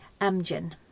Amgen